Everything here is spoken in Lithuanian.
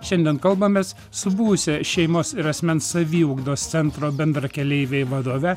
šiandien kalbamės su buvusia šeimos ir asmens saviugdos centro bendrakeleiviai vadove